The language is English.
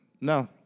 No